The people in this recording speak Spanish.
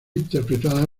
interpretada